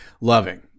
loving